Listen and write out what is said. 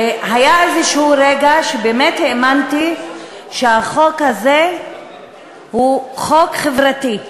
והיה איזה רגע שבאמת האמנתי שהחוק הזה הוא חוק חברתי.